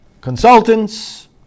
consultants